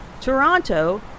Toronto